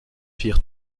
firent